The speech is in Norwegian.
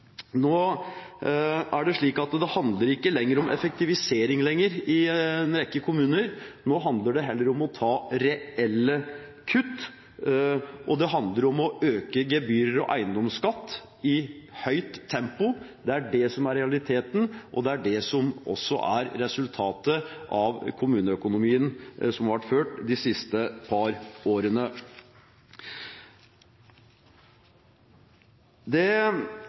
handler ikke lenger om «effektivisering» i en rekke kommuner; nå handler det heller om å ta reelle kutt, og det handler om å øke gebyrer og eiendomsskatt i høyt tempo. Det er det som er realiteten, og det er også det som er resultatet av kommuneøkonomien som har vært ført de siste par årene.